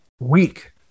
weak